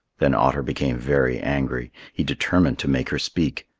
then otter became very angry. he determined to make her speak.